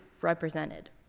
represented